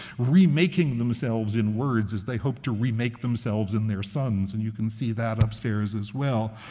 remaking themselves in words as they hoped to remake themselves in their sons. and you can see that upstairs, as well.